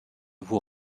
vous